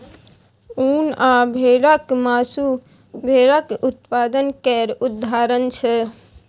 उन आ भेराक मासु भेराक उत्पाद केर उदाहरण छै